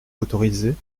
autorisée